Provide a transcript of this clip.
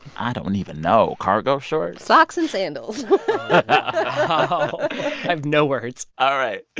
i don't even know cargo shorts? socks and sandals ah i have no words all right.